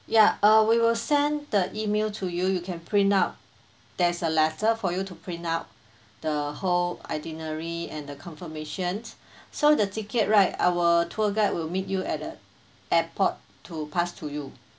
ya err we will send the email to you you can print out there's a letter for you to print out the whole itinerary and the confirmations so the ticket right our tour guide will meet you at the airport to pass to you